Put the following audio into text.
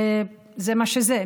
זה מה שזה,